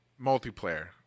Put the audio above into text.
multiplayer